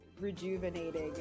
rejuvenating